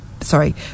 sorry